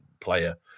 player